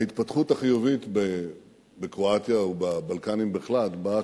ההתפתחות החיובית בקרואטיה ובבלקנים בכלל באה